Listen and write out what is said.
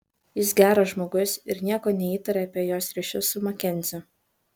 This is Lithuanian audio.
jis geras žmogus ir nieko neįtaria apie jos ryšius su makenziu